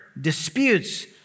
disputes